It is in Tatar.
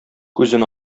күзен